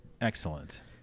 excellent